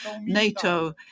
NATO